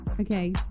Okay